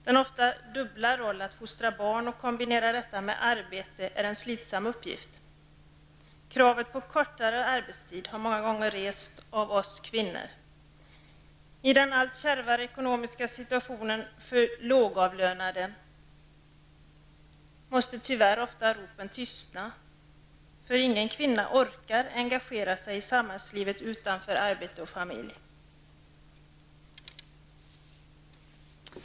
Den ofta dubbla rollen, att fostra barn och kombinera detta med arbete, är en slitsam uppgift. Kravet på kortare arbetstid har många gånger rests av kvinnor. I den allt kärvare ekonomiska situationen för lågavlönade måste tyvärr ofta ropen tystna. Ingen kvinna orkar engagera sig i samhällslivet utanför arbete och familj.